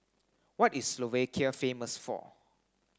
what is Slovakia famous for